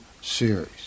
series